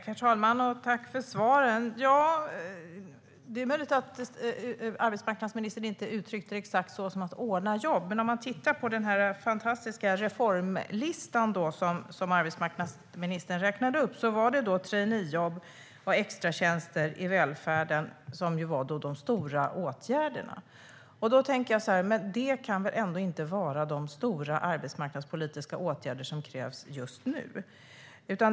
Herr talman! Tack för svaren! Det är möjligt att arbetsmarknadsministern inte uttryckte det exakt så att det gällde ordna jobb. Men när man tittar på den fantastiska reformlista som arbetsmarknadsministern räknade upp ser man att traineejobb och extratjänster i välfärden är de stora åtgärderna. Då tänker jag: Det kan väl ändå inte vara de stora arbetsmarknadspolitiska åtgärder som krävs just nu?